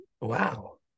Wow